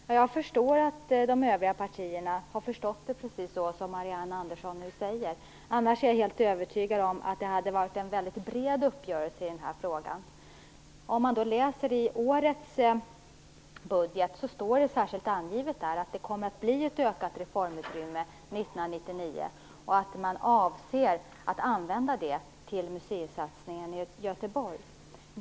Fru talman! Jag förstår att de övriga partierna har förstått det just så som Marianne Andersson nu säger. Jag är helt övertygad om att det annars hade varit en bred uppgörelse i den här frågan. Om man läser årets budget ser man att det särskilt står angivet att det kommer att bli ett ökat reformutrymme 1999 och att man avser att använda det till museisatsningen i Göteborg.